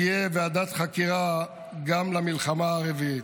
תהיה ועדת חקירה גם למלחמה הרביעית.